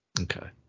Okay